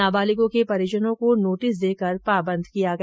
नाबालिगों के परिजनों को नोटिस देकर पाबंद किया गया